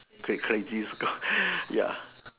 great crazy score ya